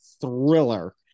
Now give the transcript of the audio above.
thriller